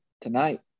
tonight